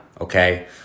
okay